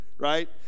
Right